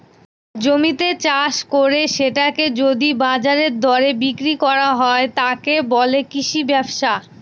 জমিতে চাষ করে সেটাকে যদি বাজারের দরে বিক্রি করা হয়, তাকে বলে কৃষি ব্যবসা